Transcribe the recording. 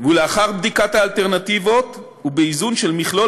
לאחר בדיקת האלטרנטיבות ובאיזון של מכלול